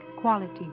quality